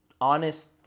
honest